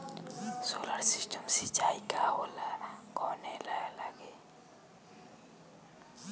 Solar system सिचाई का होला कवने ला लागी?